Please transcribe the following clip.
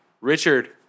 Richard